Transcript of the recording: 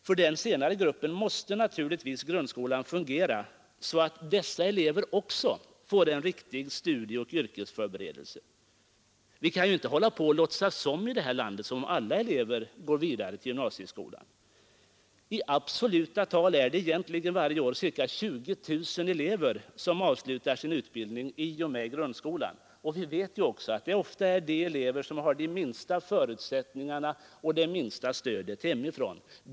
För den senare gruppen måste naturligtvis grundskolan fungera så att också de får en riktig studieoch yrkesförberedelse. Vi kan ju inte fortsätta att låtsas som om alla elever fortsätter sina studier i gymnasieskolan. I absoluta tal är det egentligen varje vår ca 20 000 elever som avslutar sin utbildning i och med grundskolan. Vi vet också att det ofta är de elever som har de sämsta förutsättningarna för studier och det minsta stödet hemifrån.